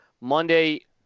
Monday